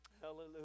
Hallelujah